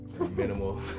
Minimal